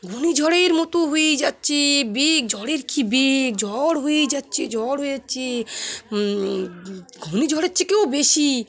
ঘূর্ণি ঝড়ের মতো হয়ে যাচ্ছে বেগ ঝড়ের কী বেগ ঝড় হয়ে যাচ্ছে ঝড় হয়ে যাচ্ছে ঘূণ্যি ঝড়ের থেকেও বেশি